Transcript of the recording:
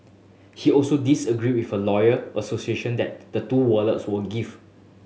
he also disagreed with her lawyer association that the two wallets were gift